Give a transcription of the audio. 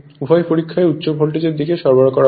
উভয় পরীক্ষায় উচ্চ ভোল্টেজের দিকে সরবরাহ করা হয়